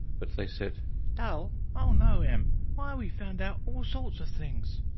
but they said dull? oh no, m why we've found out all sorts of things!